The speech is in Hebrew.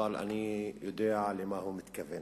אני יודע למה הוא מתכוון.